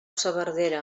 saverdera